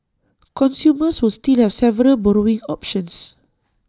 consumers will still have several borrowing options